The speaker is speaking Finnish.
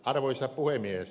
arvoisa puhemies